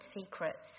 secrets